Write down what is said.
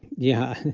yeah.